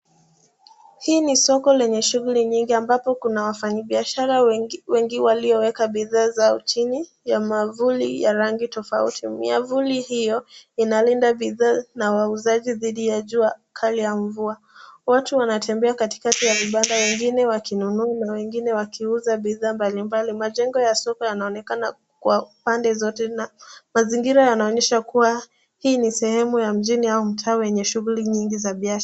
Hii ni soko lenye shughuli nyingi ambapo kuna wafanyibiashara wengi walioweka bidhaa zao chini ya mwavuli ya rangi tofauti. Miavuli hiyo inalinda bidhaa na wauzaji dhidi ya jua kali na mvua. Watu wanatembea katikati ya vibanda wengine wakinunua na wengine wakiuza bidhaa mbalimbali. Majengo ya soko yanaonekana kwa pande zote na mazingira yanaonyesha kuwa hii ni sehemu ya mjini au mtaa wenye shughuli nyingi za biashara.